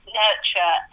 nurture